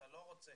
אתה רוצה